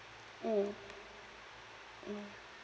mm mm